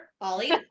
Ollie